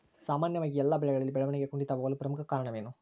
ಸಾಮಾನ್ಯವಾಗಿ ಎಲ್ಲ ಬೆಳೆಗಳಲ್ಲಿ ಬೆಳವಣಿಗೆ ಕುಂಠಿತವಾಗಲು ಪ್ರಮುಖ ಕಾರಣವೇನು?